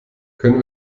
können